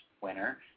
winner